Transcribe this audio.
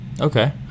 Okay